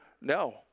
no